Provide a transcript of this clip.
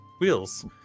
Wheels